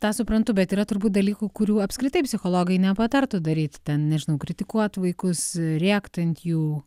tą suprantu bet yra turbūt dalykų kurių apskritai psichologai nepatartų daryt ten nežinau kritikuot vaikus rėkt ant jų